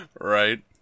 Right